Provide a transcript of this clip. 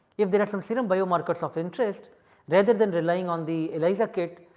if there are some serum biomarkers of interest rather than relying on the elia kit,